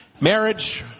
Marriage